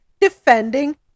defending